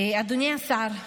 אדוני השר,